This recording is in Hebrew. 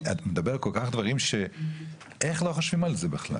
אתה אומר דברים שאחר-כך מתפלאים איך לא חשבנו על זה בכלל?